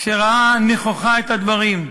שראה נכוחה את הדברים: